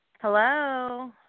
Hello